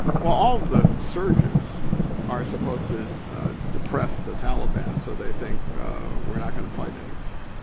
well the surges are supposed to depress the taliban, so they think we're not gonna fight anymore.